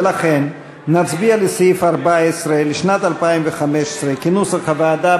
ולכן נצביע על סעיף 14 לשנת 2015 כנוסח הוועדה,